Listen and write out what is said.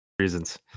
reasons